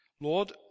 Lord